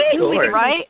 Right